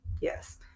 yes